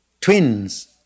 twins